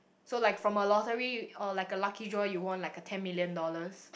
so like from a lottery or like a lucky draw you won like a ten million dollars